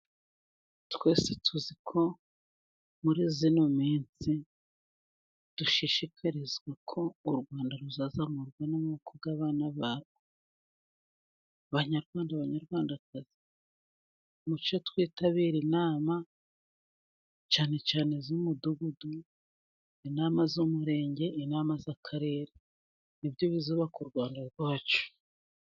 Twese tuzi ko muri ino minsi, dushishikarizwa ko u Rwanda ruzazamurwa n'amaboko y'abana barwo. Banyarwanda banyarwandakazi, mucyo twitabire inama cyane cyane z'Umudugudu, inama z'Umurenge, inama z'Akarere. Ni byo bizubaka u Rwanda rwacu.